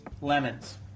Lemons